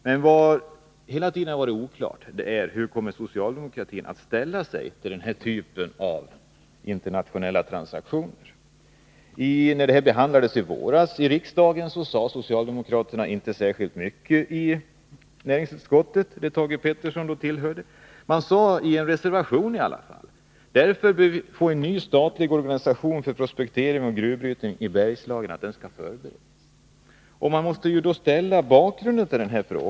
Men det har hela tiden varit oklart hur socialdemokratin skulle komma att ställa sig till 127 denna typ av internationella transaktioner. När ärendet behandlades i våras sade socialdemokraterna inte särskilt mycket i näringsutskottet, som Thage Peterson då tillhörde. Man sade i en reservation i alla fall: Därför bör vi få en ny statlig organisation för prospektering och gruvbrytning i Bergslagen.